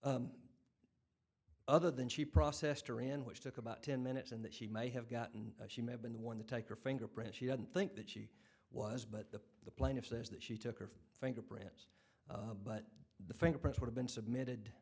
and other than she processed her in which took about ten minutes and that she may have gotten she may have been the one to take her fingerprints she didn't think that she was but the the plaintiff says that she took her fingerprints but the fingerprints would have been submitted